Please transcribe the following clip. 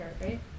right